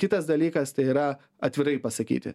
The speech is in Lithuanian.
kitas dalykas tai yra atvirai pasakyti